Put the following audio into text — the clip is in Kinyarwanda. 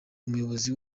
umuyobozi